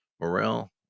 Morrell